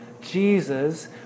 Jesus